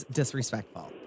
disrespectful